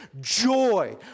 joy